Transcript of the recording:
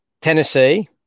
Tennessee